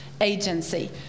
Agency